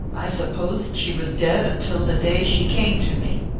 i supposed she was dead until the day she came to me.